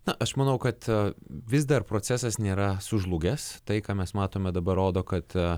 na aš manau kad vis dar procesas nėra sužlugęs tai ką mes matome dabar rodo kad